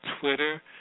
Twitter